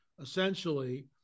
essentially